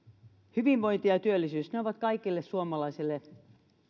hyvinvointi ja ja työllisyys ne ovat kaikille suomalaisille